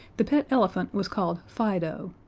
the pet elephant was called fido,